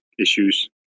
issues